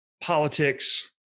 politics